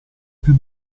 più